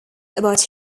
about